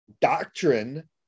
doctrine